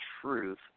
truth